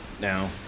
now